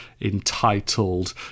entitled